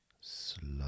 slow